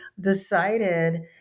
decided